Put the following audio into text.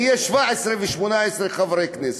נהיה 17 ו-18 חברי כנסת.